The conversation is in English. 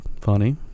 funny